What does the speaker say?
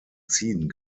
ziehen